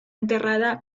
enterrada